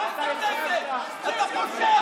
אתה הורס את הכנסת, אתה פושע, אתה פושע.